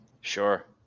Sure